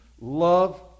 love